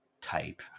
type